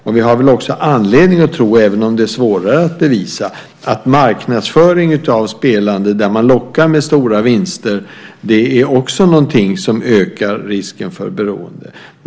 Och vi har väl också anledning att tro, även om det är svårare att bevisa, att marknadsföring av spel där man lockar med stora vinster också är någonting som ökar risken för beroende.